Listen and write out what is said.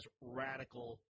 radical